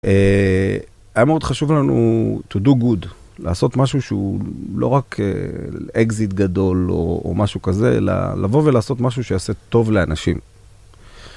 היה מאוד חשוב לנו to do good, לעשות משהו שהוא לא רק exit גדול או משהו כזה, אלא לבוא ולעשות משהו שיעשה טוב לאנשים.